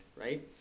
right